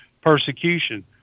persecution—